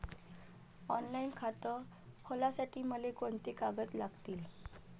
Online खातं खोलासाठी मले कोंते कागद लागतील?